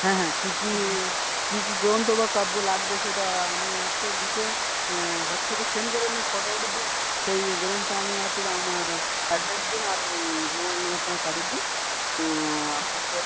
হ্যাঁ হ্যাঁ কি কি কি কি গ্রন্থ বা কাব্য লাগবে সেটা আমনি আজকে লিখে হোয়াটসঅ্যাপে সেন্ড করে দিন ফটো টটো দিয়ে সেই গ্রন্থ আমি আজ আপনার অ্যাড্রেসে দিন আর মোবাইল নম্বরটা পাঠিয়ে দিন আপনাকে